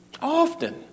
Often